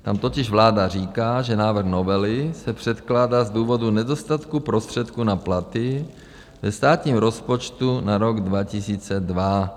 Tam totiž vláda říká, že návrh novely se předkládá z důvodu nedostatku prostředků na platy ve státním rozpočtu na rok 2002.